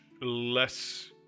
less